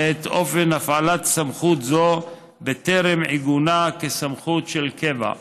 ואת אופן הפעלת סמכות זו בטרם עיגונה כסמכות של קבע.